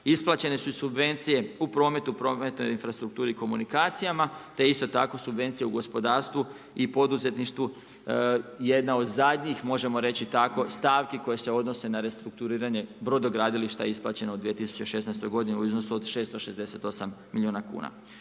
Isplaćene su subvencije u prometu, prometnoj infrastrukturi i komunikacijama te isto tako subvencije u gospodarstvu i poduzetništvu. Jedna od zadnjih možemo reći tako stavki koje se odnose na restrukturiranje brodogradilišta isplaćeno u 2016. godini u iznosu od 668 milijuna kuna.